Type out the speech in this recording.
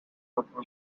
proper